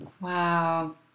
Wow